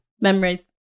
Memories